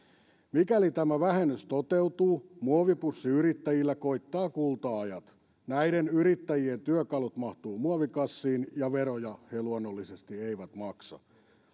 mikäli tämä vähennys toteutuu muovipussiyrittäjillä koittavat kulta ajat näiden yrittäjien työkalut mahtuvat muovikassiin ja veroja he luonnollisesti eivät maksa